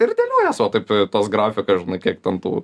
ir dėliojies vat taip tas grafikas žinai kaip ten tų